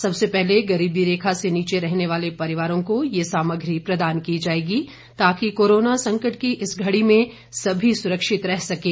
सबसे पहले गरीबी रेखा से नीचे रहने वाले परिवारों को यह सामग्री प्रदान की जाएगी ताकि कोरोना संकट की इस घड़ी में सभी सुरक्षित रह सकें